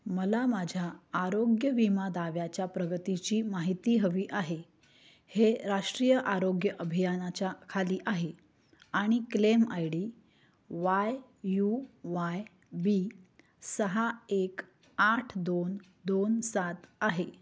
मला माझ्या आरोग्य विमा दाव्याच्या प्रगतीची माहिती हवी आहे हे राष्ट्रीय आरोग्य अभियानाच्या खाली आहे आणि claim I D Y U Y B सहा एक आठ दोन दोन सात आहे